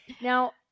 Now